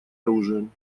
оружием